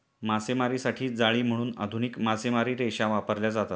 मासेमारीसाठी जाळी म्हणून आधुनिक मासेमारी रेषा वापरल्या जातात